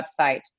website